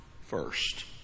first